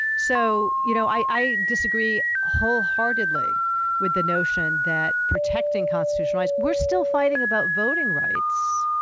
so you know i disagree wholeheartedly with the notion that protecting constitutional rights, we're still fighting about voting rights,